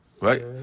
right